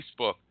Facebook